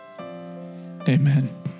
Amen